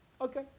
Okay